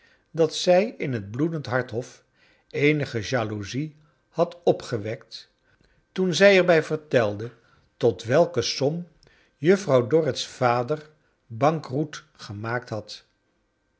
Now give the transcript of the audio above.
dat zij in het bloedendhart hof eenige jalousie had opgewekt toen zij er bij vertelde tot welke som juffrouw dorrit's vader bankroet gemaakt had